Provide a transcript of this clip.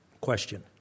question